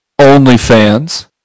OnlyFans